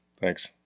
Thanks